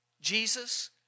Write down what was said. Jesus